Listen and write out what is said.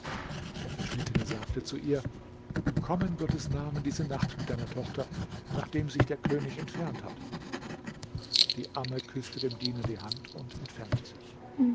der verschnittene sagte zu ihr komm in gottes namen diese nacht mit deiner tochter nachdem sich der könig entfernt hat die amme küßte dem diener die hand und entfernte sich